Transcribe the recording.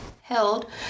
held